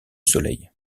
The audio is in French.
soleil